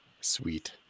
Sweet